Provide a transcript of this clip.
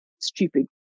stupid